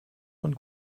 von